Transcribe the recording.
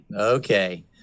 Okay